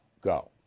go